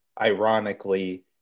ironically